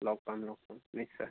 লগ পাম লগ পাম নিশ্চয়